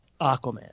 Aquaman